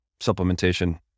supplementation